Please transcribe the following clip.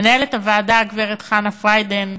מנהלת הוועדה, גברת חנה פריידין,